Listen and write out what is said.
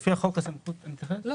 זו הערה חשובה.